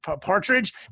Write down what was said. Partridge